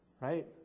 right